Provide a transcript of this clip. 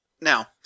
Now